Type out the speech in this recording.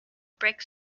brick